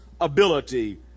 ability